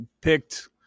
picked